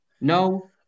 No